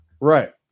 Right